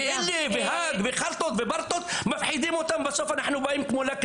הם מפחידים אותם ובסוף אנחנו קשורים.